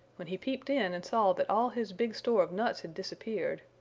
when he peeped in and saw that all his big store of nuts had disappeared,